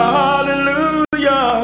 hallelujah